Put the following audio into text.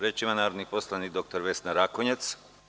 Reč ima narodni poslanik dr Vesna Rakonjac.